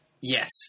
Yes